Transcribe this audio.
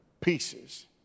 pieces